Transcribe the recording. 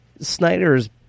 Snyder's